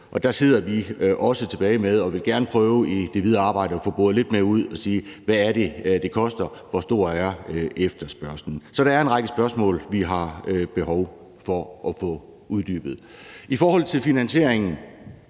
der sidder vi også tilbage med gerne at ville prøve i det videre arbejde at få boret lidt mere ud og få set på, hvad det er, det koster, og hvor stor efterspørgslen er. Så der er en række spørgsmål, vi har behov for at få uddybet. I forhold til finansieringen